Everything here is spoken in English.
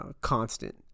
constant